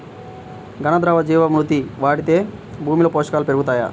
ఘన, ద్రవ జీవా మృతి వాడితే భూమిలో పోషకాలు పెరుగుతాయా?